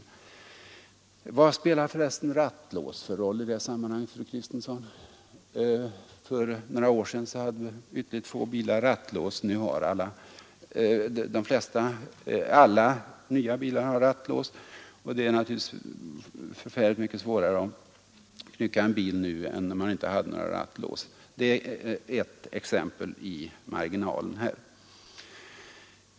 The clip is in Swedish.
Men vad spelar rattlåset för roll i det sammanhanget, fru Kristensson? För några år sedan hade ytterligt få bilar rattlås, men nu har alla nya bilar sådant lås. Det är naturligtvis förfärligt mycket svårare att knycka en bil nu än när man inte hade några rattlås Detta som ett exempel i marginalen.